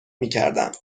میکردند